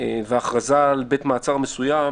ההכרזה על בית מעצר מסוים,